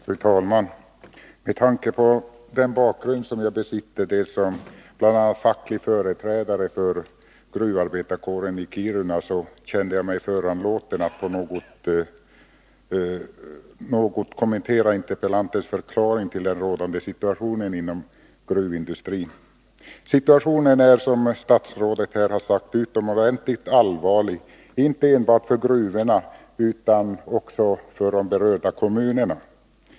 Fru talman! Med tanke på den bakgrund som jag besitter, bl.a. som facklig företrädare för gruvarbetarkåren i Kiruna, känner jag mig föranlåten att något kommentera interpellantens förklaring till den rådande situationen inom gruvindustrin. Situationen är, som statsrådet här har sagt, utomordentligt allvarlig, inte enbart för gruvorna utan också för de berörda kommunerna.